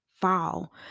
fall